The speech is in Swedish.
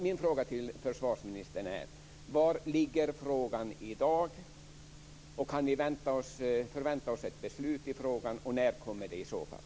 Mina frågor till försvarsministern är: Var ligger frågan i dag, kan vi förvänta oss ett beslut i frågan och när kommer det i så fall?